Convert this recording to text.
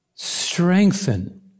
Strengthen